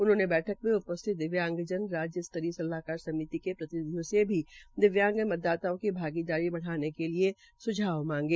उन्होंने बैठक में उपस्थित दिव्यांगजन राज्य स्तरीय सलाहाकार समिति के प्रतिनिधियों से भी दिव्यांग मतदाताओं की भागीदारी बढ़ाने के लिए स्झाव मांगे